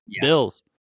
Bills